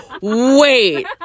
wait